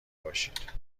باشید